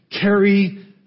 carry